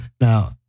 Now